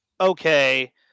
okay